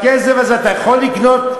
בכסף הזה אתה יכול לקנות,